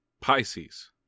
Pisces